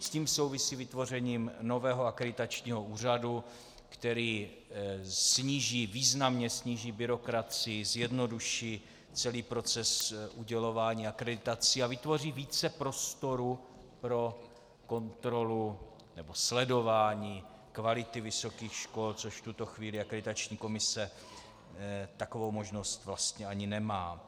S tím souvisí vytvoření nového akreditačního úřadu, který významně sníží byrokracii, zjednoduší celý proces udělování akreditací a vytvoří více prostoru pro kontrolu nebo sledování kvality vysokých škol, což v tuto chvíli akreditační komise takovou možnost ani nemá.